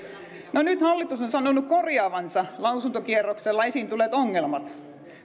no nyt hallitus on sanonut korjaavansa lausuntokierroksella esiin tulleet ongelmat